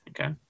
Okay